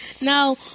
Now